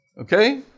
Okay